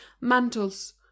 mantles